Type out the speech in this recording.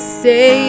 say